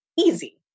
easy